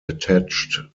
attached